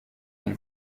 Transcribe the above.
une